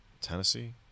Tennessee